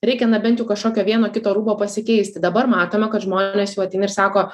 reikia na bent jau kažkokio vieno kito rūbo pasikeisti dabar matome kad žmonės jau ateina ir sako